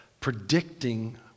predicting